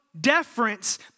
deference